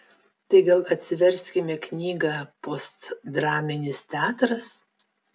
tai gal atsiverskime knygą postdraminis teatras